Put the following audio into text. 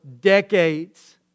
decades